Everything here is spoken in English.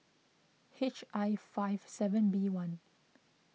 H I five seven B one